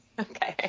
Okay